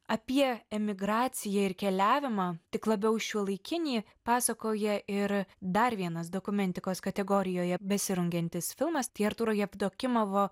apie emigraciją ir keliavimą tik labiau šiuolaikinį pasakoja ir dar vienas dokumentikos kategorijoje besirungiantis filmas tiek artūro jevdokimovo